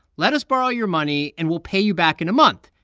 let us borrow your money, and we'll pay you back in a month.